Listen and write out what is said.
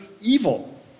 evil